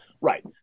Right